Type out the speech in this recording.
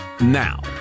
now